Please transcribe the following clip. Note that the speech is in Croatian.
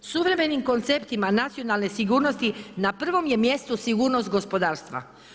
Suvremenim konceptima nacionalne sigurnosti na prvom je mjestu sigurnost gospodarstva.